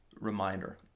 reminder